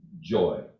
joy